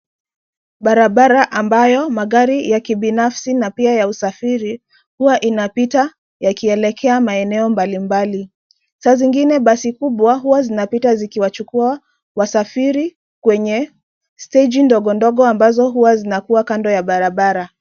Barabara ambayo magari ya kibinafsi, na pia ya usafiri, huwa inapita yakielekea maeneo mbali mbali. Saa zingine basi kubwa huwa zinapita zikiwachukua wasafiri kwenye steji ndogo ndogo, ambazo huwa zinakua kando ya barabara.